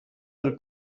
del